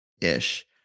ish